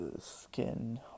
skin